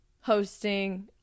hosting